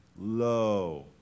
lo